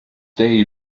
day